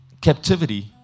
captivity